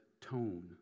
tone